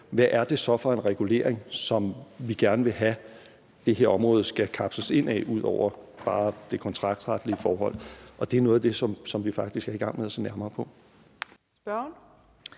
hvad det så er for en regulering, som vi gerne vil have at det her område skal kapsles ind af ud over bare det kontraktretlige forhold. Og det er noget af det, som vi faktisk er i gang med at se nærmere på.